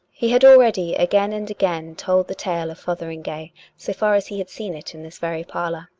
he had already again and again told the tale of fother ingay so far as he had seen it in this very parlour.